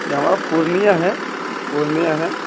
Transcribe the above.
یہ ہمارا پورنیہ ہے پورنیہ ہے